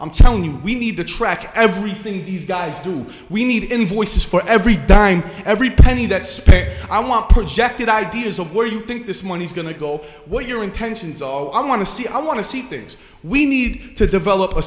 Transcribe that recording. i'm telling you we need to track everything these guys do we need invoices for every dime every penny that space i want projected ideas of where you think this money's going to go what your intentions are i want to see i want to see things we need to develop a